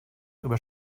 über